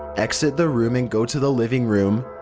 exit the room and go to the living room.